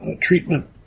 treatment